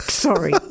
Sorry